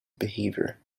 behavior